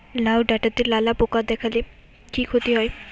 লাউ ডাটাতে লালা পোকা দেখালে কি ক্ষতি হয়?